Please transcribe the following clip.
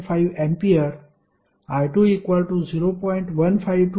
595 A I2 0